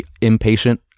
impatient